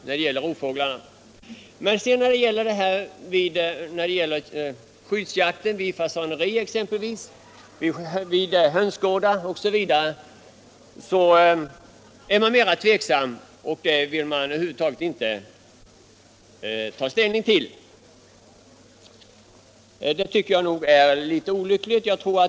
Men utskottet är mera tveksamt och vill inte ta ställning till skyddsjakt vid fasanerier, hönsgårdar osv. Det är litet olyckligt.